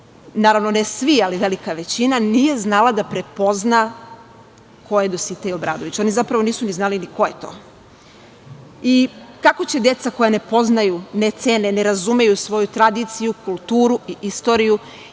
naravno ne svi ali velika većina nije znala da prepozna ko je Dositej Obradović, oni zapravo nisu znali ko je to. Kako će deca koja ne poznaju, ne cene, ne razumeju svoju tradiciju, kulturu i istoriju